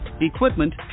Equipment